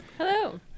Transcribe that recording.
Hello